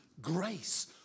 grace